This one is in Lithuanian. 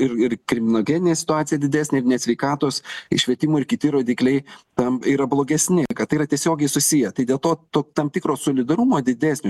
ir ir kriminogeninė situacija didesnė ir net sveikatos švietimo ir kiti rodikliai tam yra blogesni kad tai yra tiesiogiai susiję tai dėl to to tam tikro solidarumo didesnio